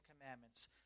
commandments